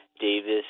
Davis